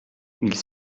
ils